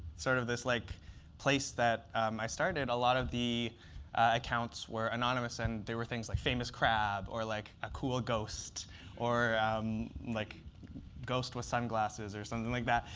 sort of this like place that i started, a lot of the accounts were anonymous. and there were things like famous crab or like a cool ghost or a um like ghost with sunglasses or something like that.